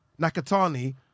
Nakatani